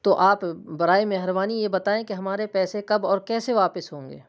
تو آپ برائے مہربانی یہ بتائیں کہ ہمارے پیسے کب اور کیسے واپس ہوں گے